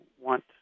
want